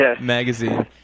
magazine